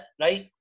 right